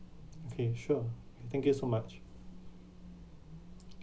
okay sure and thank you so much